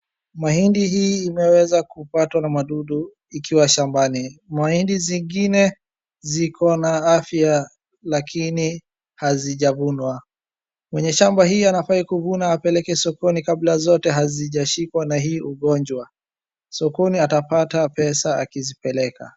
Mahindi hii imeweza kupatwa na madudu ikiwa shambani. Mahindi zingine zikona afya lakini hazijavunwa. Mwenye shamba hii anafaa kuvuna ili apeleke sokoni kabla zote hazijashikwa na hii ugonjwa. Sokoni atapata pesa akizipeleka.